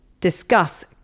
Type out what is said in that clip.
discuss